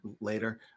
later